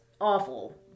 awful